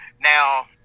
now